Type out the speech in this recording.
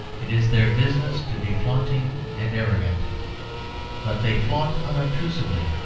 it is their business to be flaunting and arrogant but they flaunt unobtrusively,